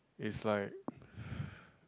is like